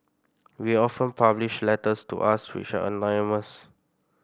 we often publish letters to us which are anonymous